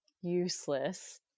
useless